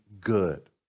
good